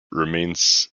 remains